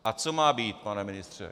A co má být, pane ministře?